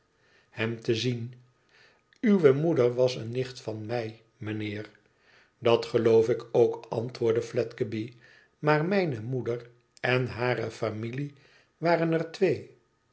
hem te zien uwe moeder was eene nicht van mij mijnheer dat geloof ik ook antwoordde fledgeby maar mijne moeder en hare familie waren er twee